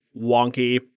wonky